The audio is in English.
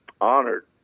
honored